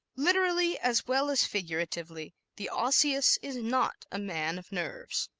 literally as well as figuratively the osseous is not a man of nerves.